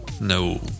No